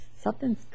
something's